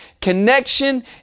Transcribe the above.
connection